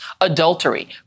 adultery